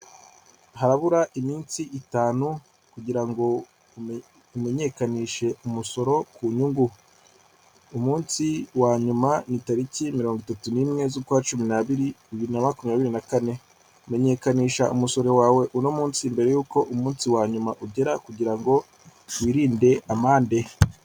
Harabura iminsi itanu kugira ngo umenyekanishe umusoro ku nyungu. Umunsi wa nyuma ni tariki mirongo itatu n'imwe z'ukwa cumi n'abiri bibiri na makumyabiri na kane. Menyekanisha umusoro wawe uno munsi mbere y'uko umunsi wa nyuma ugera kugira ngo wirinde amande.